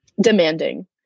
demanding